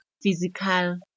physical